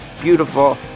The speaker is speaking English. beautiful